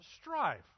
strife